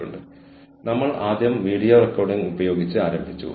നമ്മൾ കൈകാര്യം ചെയ്യുന്ന ആദ്യത്തെ സിദ്ധാന്തം സ്ഥാപനത്തിന്റെ വിഭവാധിഷ്ഠിത വീക്ഷണമാണ്